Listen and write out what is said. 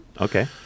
Okay